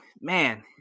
Man